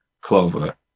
Clover